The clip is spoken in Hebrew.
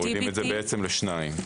מורידים לשניים.